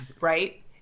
Right